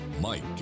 Mike